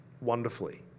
wonderfully